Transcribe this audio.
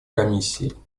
комиссией